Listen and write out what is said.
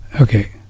okay